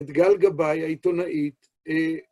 את גל גבאי, העיתונאית,